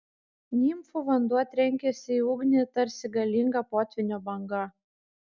nimfų vanduo trenkėsi į ugnį tarsi galinga potvynio banga